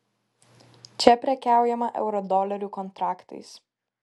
čia prekiaujama eurodolerių kontraktais